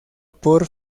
por